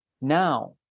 now